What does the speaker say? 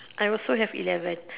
I also have eleven